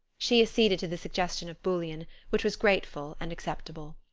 she acceded to the suggestion of bouillon, which was grateful and acceptable.